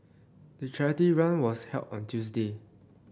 the charity run was held on Tuesday